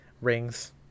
rings